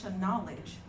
knowledge